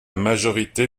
majorité